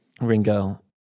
Ringo